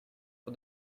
for